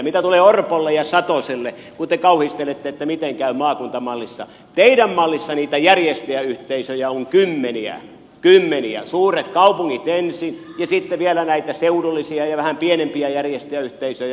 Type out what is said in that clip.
mitä tulee orpolle ja satoselle kun te kauhistelette miten käy maakuntamallissa teidän mallissanne niitä järjestäjäyhteisöjä on kymmeniä suuret kaupungit ensin ja sitten vielä näitä seudullisia ja vähän pienempiä järjestäjäyhteisöjä